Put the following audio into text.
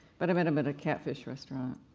but i met him at a catfish restaurant,